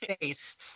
face